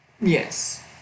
Yes